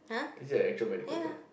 is it an actual medical term